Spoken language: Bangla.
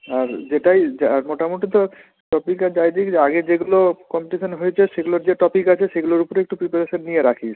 আর যেটাই যা মোটামোটি তো টপিক আর যাই দিক আগে যেগুলো কম্পিটিশান হয়েছে সেগুলোর যে টপিক আছে সেগুলোর ওপরে একটু প্রিপারেশান নিয়ে রাখিস